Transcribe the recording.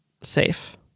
safe